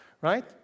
Right